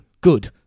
Good